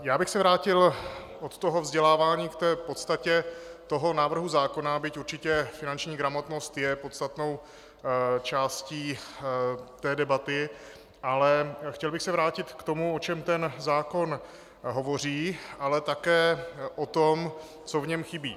Já bych se vrátil od toho vzdělávání k podstatě návrhu zákona, byť určit finanční gramotnost je podstatnou částí debaty, ale chtěl bych se vrátit k tomu, o čem ten zákon hovoří, ale také o tom, co v něm chybí.